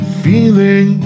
feeling